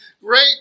great